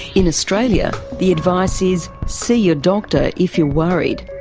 in australia, the advice is, see your doctor if you're worried.